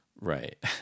Right